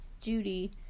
Judy